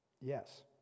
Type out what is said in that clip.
Yes